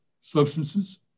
substances